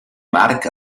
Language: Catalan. marc